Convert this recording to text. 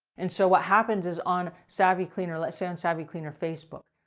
and so what happens is on savvy cleaner, let's say on savvy cleaner facebook.